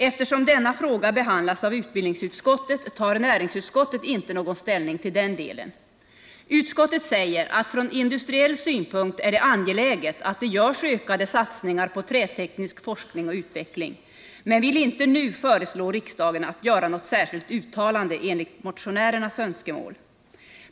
Eftersom denna fråga behandlas av utbildningsutskottet tar näringsutskottet inte någon ställning till den delen. Utskottet säger att från industriell synpunkt är det angeläget att det görs ökade satsningar på träteknisk forskning och utveckling men vill inte nu föreslå riksdagen att göra något särskilt uttalande enligt motionärernas önskemål.